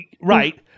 Right